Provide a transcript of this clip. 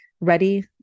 ready